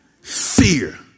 Fear